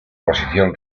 posición